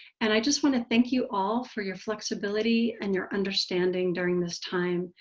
and i just want to thank you all for your flexibility and your understanding during this time.